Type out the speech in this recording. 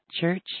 church